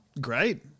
Great